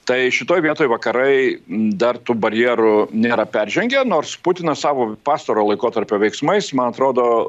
tai šitoj vietoj vakarai dar tų barjerų nėra peržengę nors putinas savo pastarojo laikotarpio veiksmais man atrodo